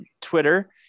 Twitter